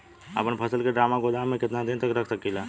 अपना फसल की ड्रामा गोदाम में कितना दिन तक रख सकीला?